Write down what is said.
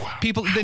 People